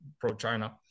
pro-China